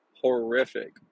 horrific